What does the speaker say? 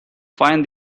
find